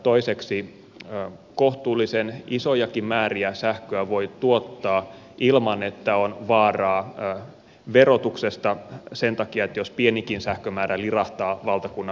toiseksi kohtuullisen isojakin määriä sähköä voi tuottaa ilman että on vaaraa verotuksesta sen takia jos pienikin sähkömäärä lirahtaa valtakunnan verkkoon